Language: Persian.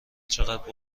چقدر